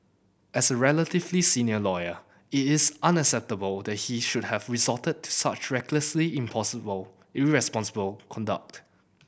as a relatively senior lawyer it is unacceptable that he should have resorted to such recklessly impossible irresponsible conduct